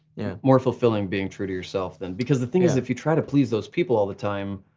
yeah, more fulfilling being true to yourself then. because the thing is, if you try to please those people all the time,